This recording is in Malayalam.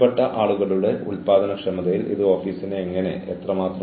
കൂടാതെ നിങ്ങൾ പിന്തുടരുന്ന ചില മാനദണ്ഡങ്ങൾ ഇവയാണ്